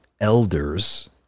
elders